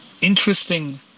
interesting